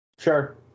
Sure